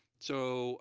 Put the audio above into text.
so